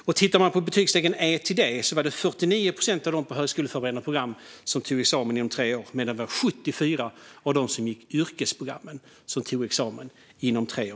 Om man tittar på betygsstegen E-D ser man att det var 49 procent av eleverna på högskoleförberedande program som tog examen inom tre år medan det var 74 procent av dem som gick yrkesprogrammen som gjorde det.